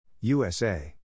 USA